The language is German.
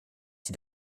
die